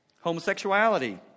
Homosexuality